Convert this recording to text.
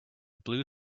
blue